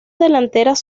delanteras